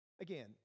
again